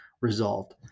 resolved